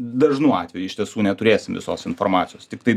dažnu atveju iš tiesų neturėsim visos informacijos tiktai